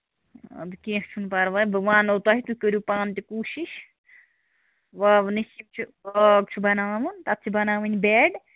اَدٕ کیٚنٛہہ چھُنہٕ پَرواے بہٕ وَنو تۄہہِ تُہۍ کٔرِو پانہٕ تہِ کوٗشِش واونٕکۍ چھِ واو چھِ بَناوان تَتھ چھِ بَناوٕنۍ بیٚڈ